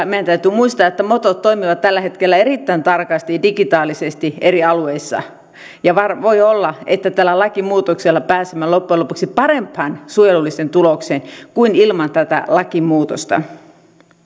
meidän täytyy muistaa että motot toimivat tällä hetkellä erittäin tarkasti digitaalisesti eri alueilla ja voi olla että tällä lakimuutoksella pääsemme loppujen lopuksi parempaan suojelulliseen tulokseen kuin ilman tätä lakimuutosta